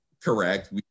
correct